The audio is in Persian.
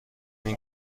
این